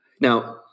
now